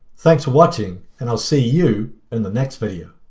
thanks for watching. and i'll see you in the next video.